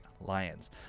Lions